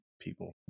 people